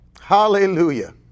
Hallelujah